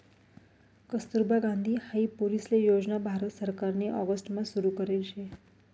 कस्तुरबा गांधी हाई पोरीसले योजना भारत सरकारनी ऑगस्ट मा सुरु करेल शे